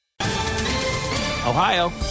Ohio